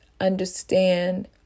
understand